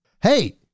Hey